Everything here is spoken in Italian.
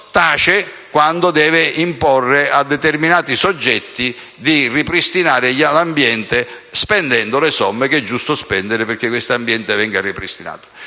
tace, quando deve imporre a determinati soggetti di ripristinare l'ambiente spendendo le somme che è giusto spendere perché questo ambiente venga ripristinato.